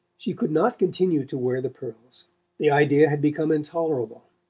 she could not continue to wear the pearls the idea had become intolerable.